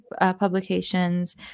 publications